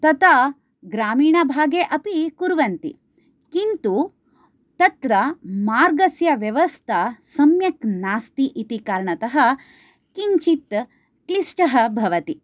तथा ग्रामीणभागे अपि कुर्वन्ति किन्तु तत्र मार्गस्य व्यवस्था सम्यक् नास्ति इति कारणतः किञ्चित् क्लिष्टः भवति